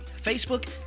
Facebook